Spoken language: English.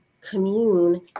commune